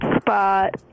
spot